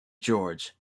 george